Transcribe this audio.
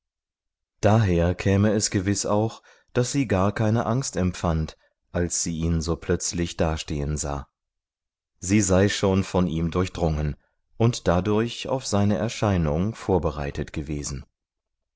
daher käme es gewiß auch daß sie gar keine angst empfand als sie ihn so plötzlich dastehen sah sie sei schon von ihm durchdrungen und dadurch auf seine erscheinung vorbereitet gewesen